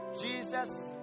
Jesus